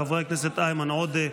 חברי הכנסת איימן עודה,